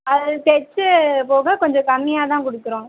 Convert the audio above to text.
அது தைச்சது போக கொஞ்சம் கம்மியாக தான் கொடுக்குறோம்